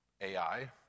AI